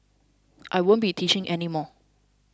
I won't be teaching any more